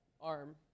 arm